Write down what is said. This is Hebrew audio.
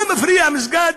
מה מפריע מסגד,